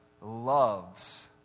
loves